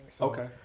Okay